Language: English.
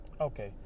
Okay